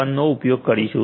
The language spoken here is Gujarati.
1 નો ઉપયોગ કરીશું